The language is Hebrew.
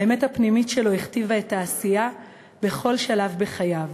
האמת הפנימית שלו הכתיבה את העשייה בכל שלב בחייו.